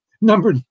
number